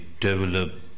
develop